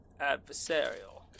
adversarial